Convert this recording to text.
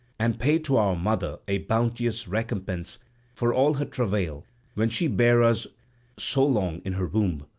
and pay to our mother a bounteous recompense for all her travail when she bare us so long in her womb,